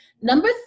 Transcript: Number